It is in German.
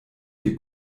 dir